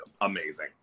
Amazing